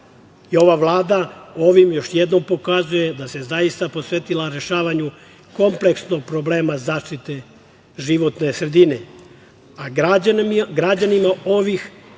I ova Vlada ovim još jednom pokazuje da se zaista posvetila rešavanju kompleksnog problema zaštite životne sredine,